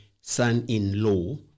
son-in-law